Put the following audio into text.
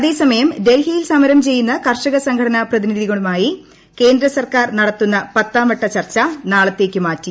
അതേസമയം ഡൽഹിയിൽ സമരം ചെയ്യുന്ന കർഷക സംഘടനാ പ്രതിനിധികളുമായി കേന്ദ്ര സർക്കാർ നടത്തുന്ന പത്താംവട്ട ചർച്ച നാളത്തേയ്ക്ക് മാറ്റി